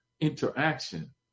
interaction